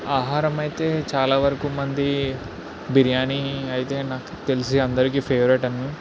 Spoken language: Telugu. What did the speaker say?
ఆహారం అయితే చాలావరకు మంది బిర్యానీ అయితే నాకు తెలిసి అందరికిఫేవరెట్ అని